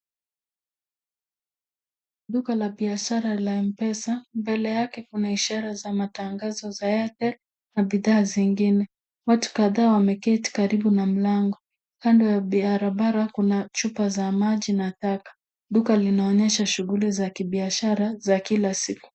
Duka la biashara la Mpesa mbele yake kuna ishara za matangazo za Airtel na bidhaa zingine. Watu kadhaa wameketi karibu na mlango. Kando ya barabara kuna chupa za maji na taka. Duka linaonyesha shughuli za kibiashara za kila siku.